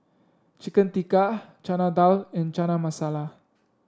Chicken Tikka Chana Dal and Chana Masala